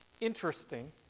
Interesting